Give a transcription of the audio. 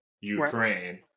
ukraine